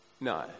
No